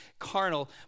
carnal